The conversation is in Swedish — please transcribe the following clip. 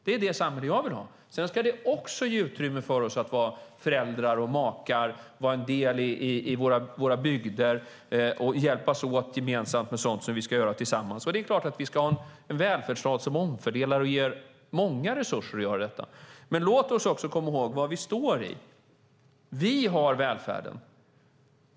Det är det samhälle jag vill ha. Sedan ska det också ge utrymme för oss att vara föräldrar och makar, vara en del i våra bygder och gemensamt hjälpas åt med sådant som vi ska göra tillsammans. Det är klart att vi ska ha en välfärdsstat som omfördelar och ger många resurser att göra detta. Låt oss dock också komma ihåg vad vi står i: Vi har välfärden.